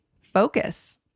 focus